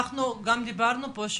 אנחנו גם דברנו פה,